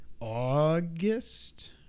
August